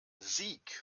sieg